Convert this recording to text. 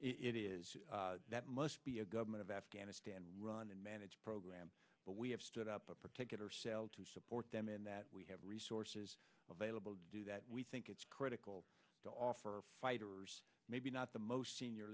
correct it is that must be a government of afghanistan run and manage program but we have stood up a particular sale to support them in that we have resources available to do that we think it's critical to offer our fighters maybe not the most senior